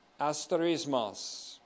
asterismos